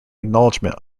acknowledgement